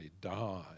die